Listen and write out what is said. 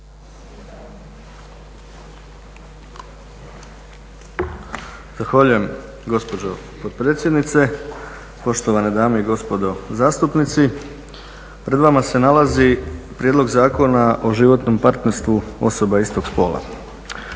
Zahvaljujem gospođo potpredsjednice. Poštovane dame i gospodo zastupnici. Pred vama se nalazi Prijedlog zakona o životnom partnerstvu osoba istog spola.